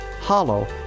Hollow